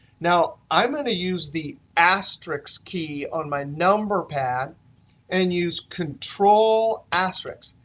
now, i'm going to use the asterisk key on my number pad and use control asterisk.